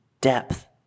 Depth